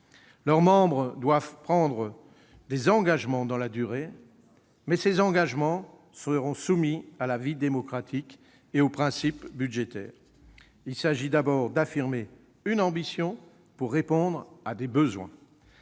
leurs membres doivent prendre des engagements dans la durée, mais ceux-ci sont soumis à la vie démocratique et aux principes budgétaires. Il s'agit d'abord d'affirmer une ambition pour répondre à des besoins.